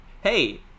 hey